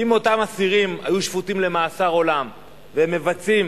אם אותם אסירים היו שפוטים למאסר עולם והם מבצעים